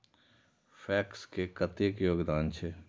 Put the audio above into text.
PACS के कतेक योगदान छै?